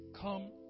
come